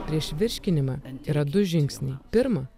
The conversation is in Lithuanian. prieš virškinimą yra du žingsniai pirma